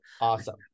Awesome